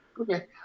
Okay